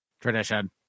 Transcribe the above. Tradition